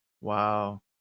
Wow